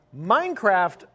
Minecraft